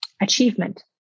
achievement